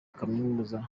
kaminuza